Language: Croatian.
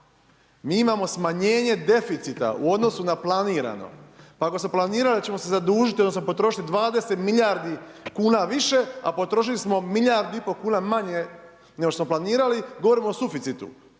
Mi imamo smanjenje deficita u odnosu na planirano. Pa ako smo planirali da ćemo se zadužiti odnosno potrošiti 20 milijardi kuna više, a potrošili smo milijardu i pol kuna manje nego što smo planirali, govorimo o suficitu.